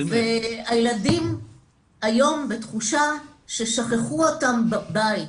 והילדים היום בתחושה ששכחו אותם בבית,